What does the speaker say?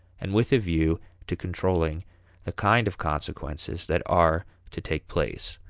and with a view to controlling the kind of consequences that are to take place.